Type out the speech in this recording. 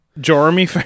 Jeremy